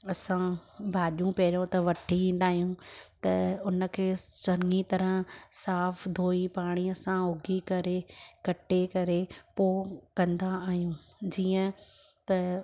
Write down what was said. असां भाॼियूं पहिरियों त वठी ईंदा आहियूं त उनखे चङी तरहां साफ़ु धोई पाणीअ सां उघी करे कटे करे पोइ कंदा आहियूं जीअं त